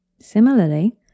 Similarly